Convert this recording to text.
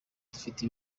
dufite